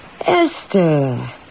Esther